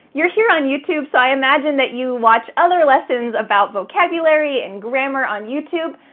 you're here on youtube, so i imagine that you watch other lessons about vocabulary and grammar on youtube.